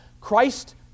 Christ